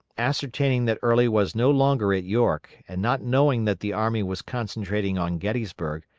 ascertaining that early was no longer at york, and not knowing that the army was concentrating on gettysburg,